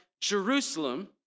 Jerusalem